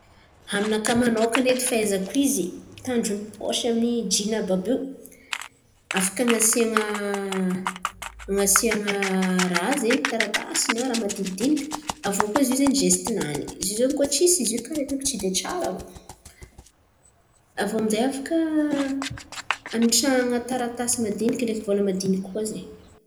Aminakà manokana edy fahaizako izy, tanjony pôsy amy jiny àby by io afaka an̈asian̈a n̈asian̈a raha zen̈y taratasy na raha madinidiniky aviô koa zio zen̈y zesitinany. Izy io zen̈y koa tsisy zio karà hitako tsy de tsara oe. Aviô aminjay afaka an̈apitrahan̈a taratasy madiniky ndreky vola madiniky koa zen̈y.